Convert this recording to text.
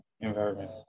environment